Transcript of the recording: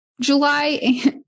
july